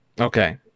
Okay